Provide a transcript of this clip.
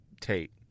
Tate